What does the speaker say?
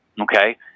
Okay